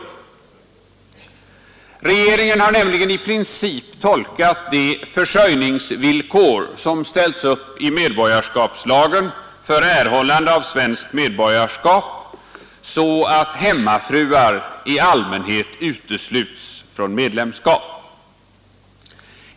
Regeringen har nämligen i princip tolkat de "NE M.m. försörjningsvillkor som ställs upp i medborgarskapslagen för erhållande av 2 svenskt medborgarskap så, att hemmafruar i allmänhet utesluts från Kungl. Maj:ts medborgarskap.